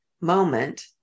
moment